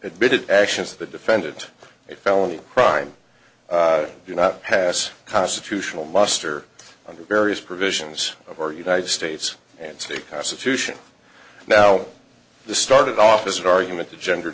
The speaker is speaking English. admitted actions of the defendant a felony crime do not pass constitutional muster under various provisions of our united states and state constitution now this started off as an argument to gender